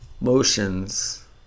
motions